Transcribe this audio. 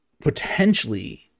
potentially